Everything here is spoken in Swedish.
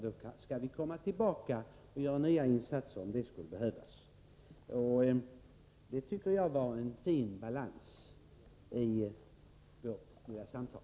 Då kan vi komma tillbaka och göra nya insatser om det skulle behövas. Det tycker jag var en fin balans i vårt lilla samtal.